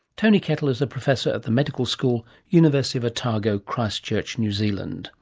tony kettle is a professor at the medical school, university of otago, christchurch, new zealand